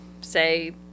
say